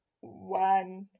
one